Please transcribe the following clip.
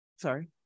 Sorry